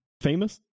famous